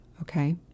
Okay